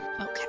Okay